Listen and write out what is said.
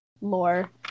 lore